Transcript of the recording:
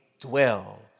dwell